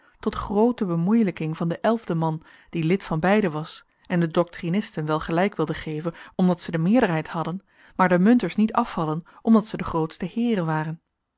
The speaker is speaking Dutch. tot groote bemoeilijking van den elfden man die lid van beiden was en den doctrinisten wel gelijk wilde geven omdat ze de meerderheid hadden maar den munters niet afvallen omdat ze de grootste heeren waren